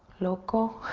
loco,